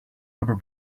rubber